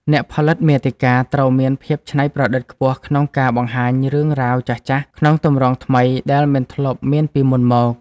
អ្នកផលិតមាតិកាត្រូវមានភាពច្នៃប្រឌិតខ្ពស់ក្នុងការបង្ហាញរឿងរ៉ាវចាស់ៗ ក្នុងទម្រង់ថ្មីដែលមិនធ្លាប់មានពីមុនមក។